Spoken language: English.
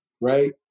Right